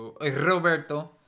roberto